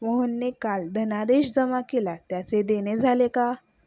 मोहनने काल धनादेश जमा केला त्याचे देणे झाले का?